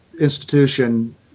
institution